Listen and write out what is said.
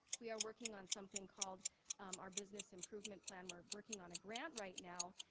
we are working on something called our business improvement plan, we're working on a grant right now,